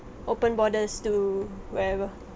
open borders to wherever